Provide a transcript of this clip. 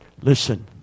Listen